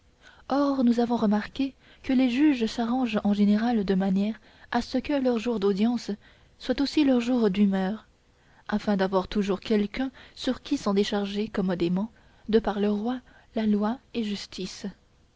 or nous avons remarqué que les juges s'arrangent en général de manière à ce que leur jour d'audience soit aussi leur jour d'humeur afin d'avoir toujours quelqu'un sur qui s'en décharger commodément de par le roi la loi et justice